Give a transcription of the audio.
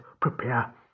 prepare